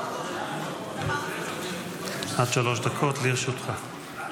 עד שלוש דקות לרשותך.